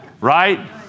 right